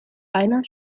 einer